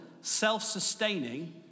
self-sustaining